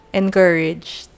encouraged